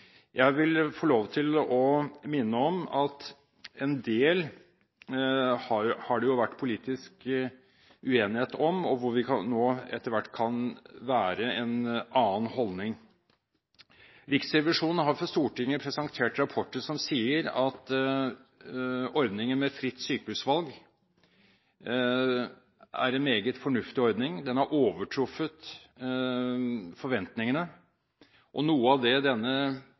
Jeg vil få lov til å minne om at en del har det vært politisk uenighet om, hvor det nå etter hvert kan være en annen holdning. Riksrevisjonen har presentert rapporter for Stortinget som sier at ordningen med fritt sykehusvalg er en meget fornuftig ordning. Den har overtruffet forventningene. Og noe av det